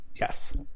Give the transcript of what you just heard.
Yes